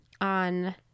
On